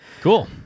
Cool